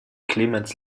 clemens